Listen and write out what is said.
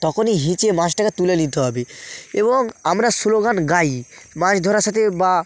তখনই হিঁচে মাছটাকে তুলে নিতে হবে এবং আমরা স্লোগান গাই মাছ ধরার সাথে বা